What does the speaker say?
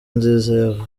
nziza